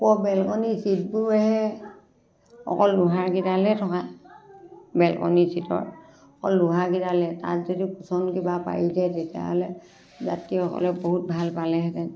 ওপৰৰ বেলকনী চীটবোৰহে অকল লোহাৰ কিডালহে থকা বেলকনী চীটৰ অকল লোহাৰ কেইডালহে তাত যদি কোচন কিবা পাৰি দিয়ে তেতিয়াহ'লে যাত্ৰীসকলে বহুত ভাল পালেহেঁতেন